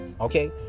Okay